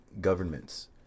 governments